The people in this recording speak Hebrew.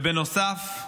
בנוסף,